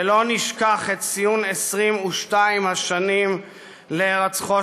ולא נשכח את ציון 22 השנים להירצחו